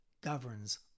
governs